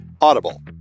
audible